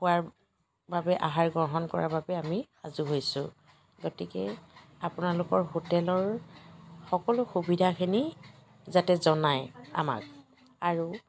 খোৱাৰ বাবে আহাৰ গ্ৰহণ কৰাৰ বাবে আমি সাজু হৈছো গতিকে আপোনালোকৰ হোটেলৰ সকলো সুবিধাখিনি যাতে জনায় আমাক আৰু